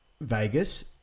Vegas